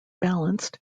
balanced